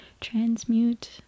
transmute